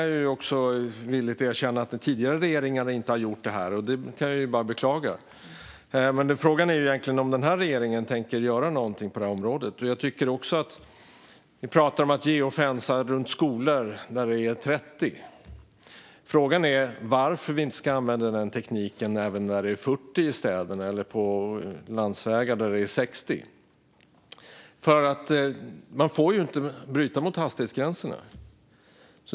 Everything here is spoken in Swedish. Jag ska villigt erkänna att den tidigare regeringen inte har gjort det. Det kan jag bara beklaga. Frågan är egentligen om den nuvarande regeringen tänker göra någonting på området. Vi talar om att använda geofencing runt skolor där det är 30 kilometer i timmen. Frågan är varför vi inte ska använda den tekniken även när det är 40 kilometer i timmen i städerna eller på landsvägar där det är 60 kilometer i timmen. Man får ju inte bryta mot hastighetsgränserna.